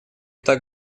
так